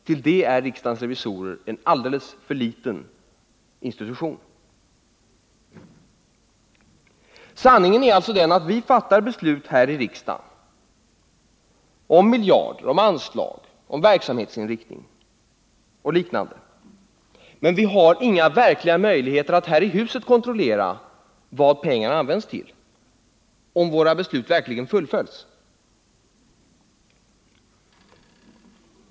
Till det är riksdagens revisorer en alldeles för liten institution. Sanningen är alltså den att vi här i riksdagen fattar beslut om miljardbelopp, om anslag, om verksamhetsinriktning och liknande, men vi har inga verkliga möjligheter att här i huset kontrollera vad pengarna används till, dvs. om våra beslut verkligen fullföljs.